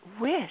wish